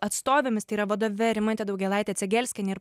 atstovėmis tai yra vadove rimante daugėlaite cegelskiene ir